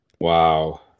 Wow